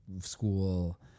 school